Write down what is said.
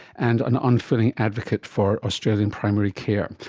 and an unfailing advocate for australian primary care.